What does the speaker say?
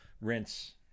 rinse